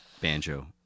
banjo